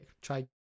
try